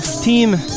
team